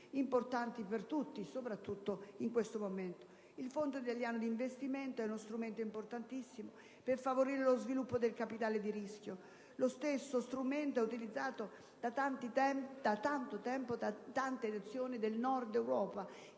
importanti per tutti, soprattutto in questo momento. Il Fondo italiano di investimento è uno strumento importantissimo per favorire lo sviluppo del capitale di rischio, lo stesso strumento utilizzato da tanto tempo da tante Nazioni del Nord Europa,